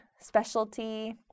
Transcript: specialty